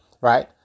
right